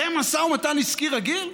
זה משא ומתן עסקי רגיל?